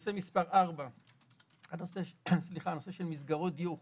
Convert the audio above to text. הנושא הרביעי זה נושא של מסגרות דיור חוץ-ביתי.